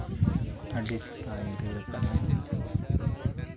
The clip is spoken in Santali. ᱟᱹᱰᱤ ᱥᱮᱛᱟᱜ ᱤᱧ ᱫᱟᱹᱲᱟᱜ ᱠᱟᱱᱟ